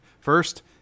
first